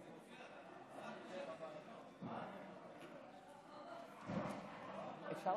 אני מודיעה שהחוק עבר, ועובר לוועדת,